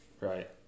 Right